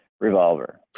Revolver